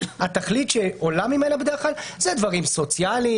התכלית שעולה ממנה בדרך כלל זה דברים סוציאליים,